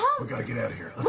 we got to get out of here.